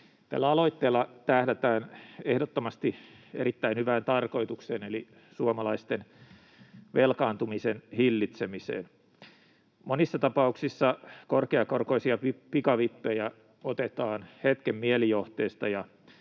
Tällä aloitteella tähdätään ehdottomasti erittäin hyvään tarkoitukseen, eli suomalaisten velkaantumisen hillitsemiseen. Monissa tapauksissa korkeakorkoisia pikavippejä otetaan hetken mielijohteesta